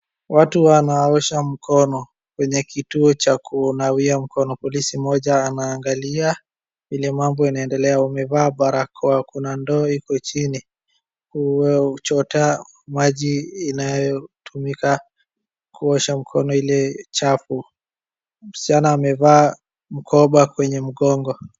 Watu wanaosha mkono kwenye kituo cha kunawia mkono, polisi mmoja anaangalia vile mambo inaendelea, wamevaa barakoa, kuna ndoo iko chini uwe kuchota maji inayotumika kuosha mkono ile chafu. Msichana amevaa mkoba kwenye mgongo.